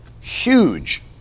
huge